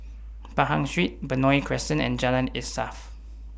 Pahang Street Benoi Crescent and Jalan Insaf